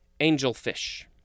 angelfish